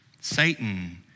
Satan